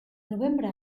novembre